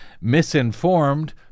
misinformed